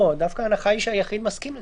לא, דווקא ההנחה היא שהיחיד מסכים לזה.